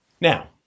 Now